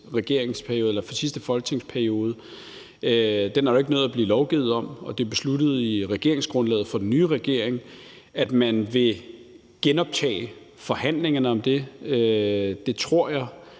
række andre indgik i sidste folketingsperiode, er der ikke nået at blive lovgivet om, og det er besluttet i regeringsgrundlaget for den nye regering, at man vil genoptage forhandlingerne om det. Det tror jeg